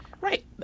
Right